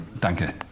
Danke